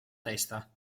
testa